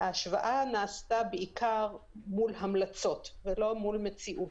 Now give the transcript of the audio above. ההשוואה נעשתה בעיקר מול המלצות ולא מול מציאות.